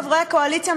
חברי הקואליציה,